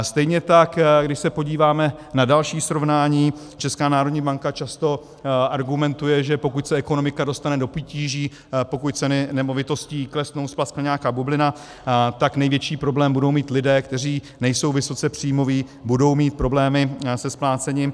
Stejně tak, když se podíváme na další srovnání, Česká národní banka často argumentuje, že pokud se ekonomika dostane do potíží, pokud ceny nemovitostí klesnou, splaskne nějaká bublina, tak největší problém budou mít lidé, kteří nejsou vysokopříjmoví, budou mít problémy se splácením.